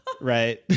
right